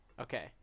Okay